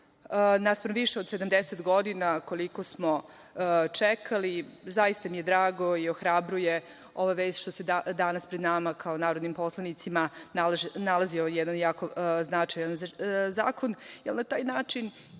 Naspram više od 70 godina koliko smo čekali, zaista mi je drago i ohrabruje ova vest što se danas pred nama, kao narodnim poslanicima, nalazi ovaj jedan jako značajan zakon,